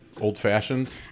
old-fashioned